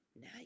Now